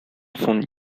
von